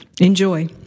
Enjoy